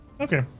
okay